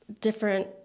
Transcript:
different